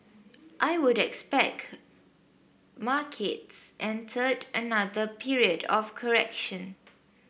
I would expect markets entered another period of correction